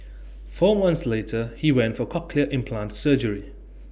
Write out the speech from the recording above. four months later he went for cochlear implant surgery